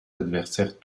adversaires